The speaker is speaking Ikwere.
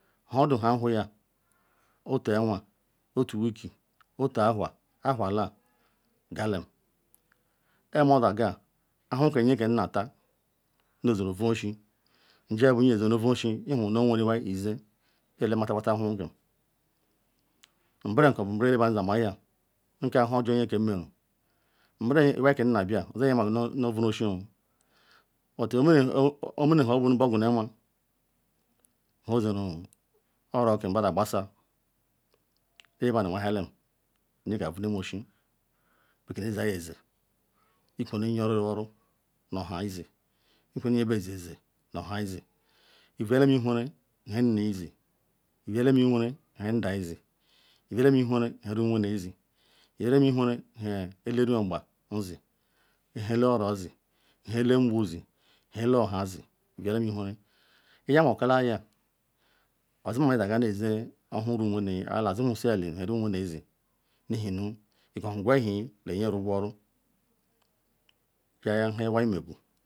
odo ha avhuhia otu onwa otu week, otu ahua, ahuala galen, kpo oga ga ahahan ke nyeka rata ihe nu ovuruzoshen joga bu nyejile asuoshen ihu nu oweru iwa izi nye tamata uhahaken, nberiga bu beri ele-madu nya maya nu kam nhujor ken nyeka meru, nberi iwai kam nabia owinye mako nu ovuru zooshenoo but omene nu obu nu be qwuruma huojinu nu oroken bene-aqbesa elemadu maluale, nyeka vutem oshen be keye aziya ezi, ikun nu nye. Ruoru nu oha izi ifu nye ziezi nu oha izi evuyalam iwe ra nu ha nneyizi ivuyalem ihwera nu ha ndayi izi ivuyalam huhere nu ha omuwenezi ivuyalam huhere nu ha omuwene ji ivuyalam huhere nu ha elerumuoqbazi ha elerozi ha elenqbuzi ha eleohazi ivuyalen iwhere yamakola aya ozame iga qa neji ahu rumuwene or dazirisi eli nu ha rumuwenezi ihe na nu eko huqu ewhi nu nye ruruoru, koya nhe iwai megu.